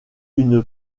une